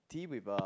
tea with uh